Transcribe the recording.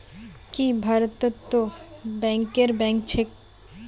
की भारतत तो बैंकरेर बैंक छेक